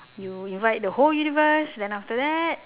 you invite the whole universe then after that